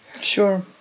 sure